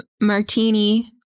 martini